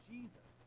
Jesus